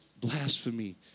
blasphemy